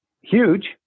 huge